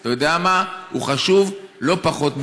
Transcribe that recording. אתה יודע מה, הוא חשוב לא פחות מה-BDS.